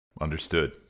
Understood